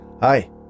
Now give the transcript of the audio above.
Hi